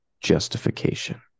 justification